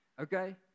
Okay